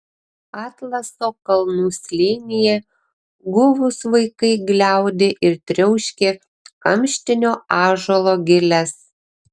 atlaso kalnų slėnyje guvūs vaikai gliaudė ir triauškė kamštinio ąžuolo giles